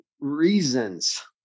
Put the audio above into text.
reasons